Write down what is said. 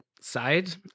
side